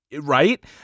right